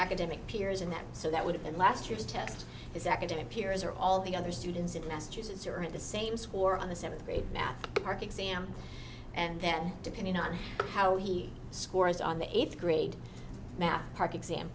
academic peers in that so that would have been last year's test executive peers or all the other students in massachusetts or at the same school or on the seventh grade math park exam and then depending on how he scores on the eighth grade math park exam